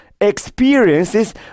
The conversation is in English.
experiences